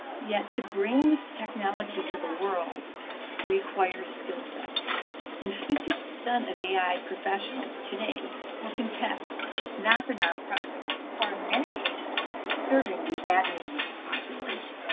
yet to bring this technology to the world requires skill sets and fifty percent of ai professionals today work in tech not the nonprofit or in many cases serving these named population.